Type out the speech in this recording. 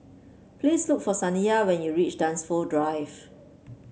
please look for Saniyah when you reach Dunsfold Drive